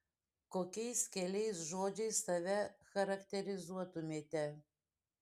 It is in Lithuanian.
kokiais keliais žodžiais save charakterizuotumėte